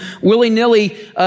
willy-nilly